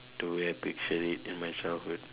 to have picture it in my childhood